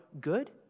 good